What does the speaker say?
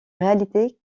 réalité